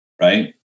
Right